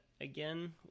again